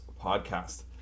podcast